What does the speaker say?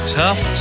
tough